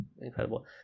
Incredible